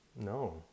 No